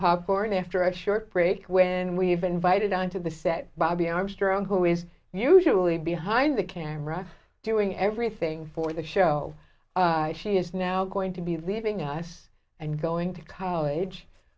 popcorn after a short break when we've invited on to the set bobby armstrong who is usually behind the camera doing everything for the show she is now going to be leaving us and going to college i